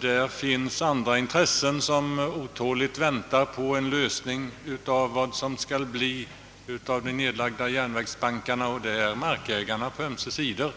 Det finns emellertid också andra intressen som otåligt väntar på en lösning av frågan vad det skall bli av de nedlagda järnvägsbankarna; markägarna på ömse sidor